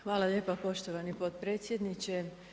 Hvala lijepa poštovani potpredsjedniče.